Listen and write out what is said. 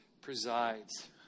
presides